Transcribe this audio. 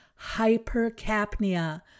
hypercapnia